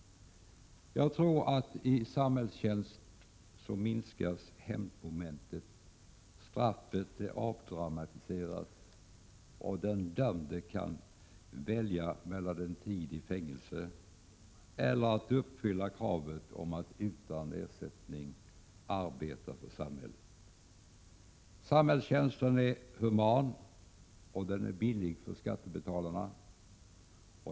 Jag tror att hämndmomentet minskas i och med samhällstjänsten. Straffet avdramatiseras och den dömde kan välja mellan att under en tid sitta i fängelse och att utan ersättning arbeta för samhället. Samhällstjänsten är human, och den är billig för skattebetalarna.